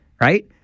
right